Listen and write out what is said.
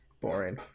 Boring